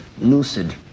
lucid